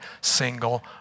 single